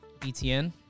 BTN